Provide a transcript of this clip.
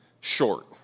short